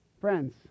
Friends